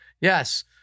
Yes